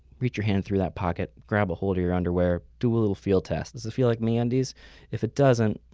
reach your hand through that pocket, grab a hold a your underwear, do a little feel test. does this feel like meundies? if it doesn't,